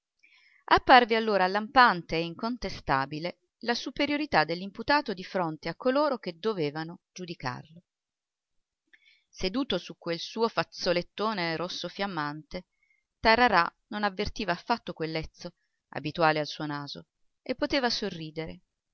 finestre apparve allora lampante e incontestabile la superiorità dell'imputato di fronte a coloro che dovevano giudicarlo seduto su quel suo fazzolettone rosso fiammante tararà non avvertiva affatto quel lezzo abituale al suo naso e poteva sorridere